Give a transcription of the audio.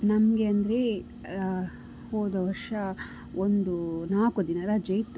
ನಮಗೆ ಅಂದರೆ ಹೋದ ವರ್ಷ ಒಂದು ನಾಲ್ಕು ದಿನ ರಜೆ ಇತ್ತು